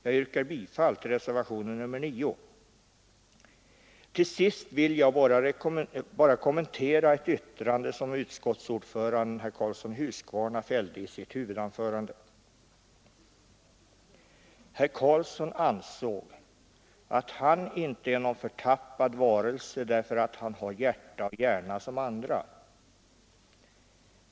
Jag yrkar bifall till reservationen 9. Till sist vill jag bara kommentera ett yttrande som utskottsordföranden, herr Karlsson i Huskvarna, fällde i sitt anförande. Herr Karlsson ansåg att han inte är någon förtappad varelse, utan att han har hjärta och hjärna som andra.